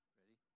ready